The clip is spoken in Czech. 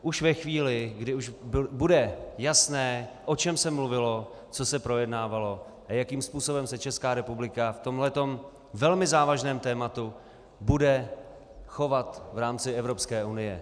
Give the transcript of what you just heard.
Už ve chvíli, kdy bude jasné, o čem se mluvilo, co se projednávalo a jakým způsobem se Česká republika v tomhle tom velmi závažném tématu bude chovat v rámci Evropské unie.